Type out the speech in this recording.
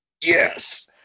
Yes